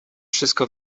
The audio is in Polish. wszystko